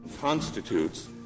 constitutes